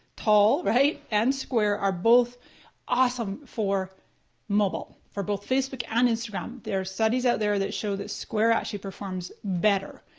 tall and square are both awesome for mobile, for both facebook and instagram. there are studies out there that show that square actually performs better.